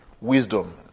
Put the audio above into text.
wisdom